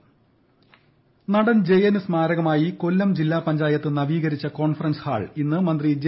ജയൻ സ്മാരകം നടൻ ജയന് സ്മാരകമായി കൊല്ലം ജില്ലാ പഞ്ചായത്ത് നവീകരിച്ച കോൺഫറൻസ് ഹാൾ ഇന്ന് മന്ത്രി ജെ